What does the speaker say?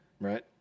right